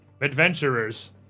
Adventurers